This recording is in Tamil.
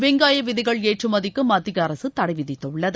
வெங்காய விதைகள் ஏற்றுமதிக்கு மத்திய அரசு தடை விதித்துள்ளது